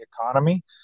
economy